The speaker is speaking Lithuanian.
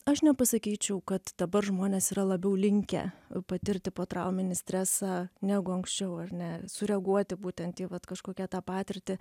aš nepasakyčiau kad dabar žmonės yra labiau linkę patirti potrauminį stresą negu anksčiau ar ne sureaguoti būtent į vat kažkokią tą patirtį